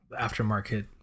aftermarket